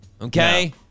Okay